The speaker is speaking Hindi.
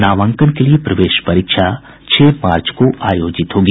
नामांकन के लिए प्रवेश परीक्षा छह मार्च को आयोजित होगी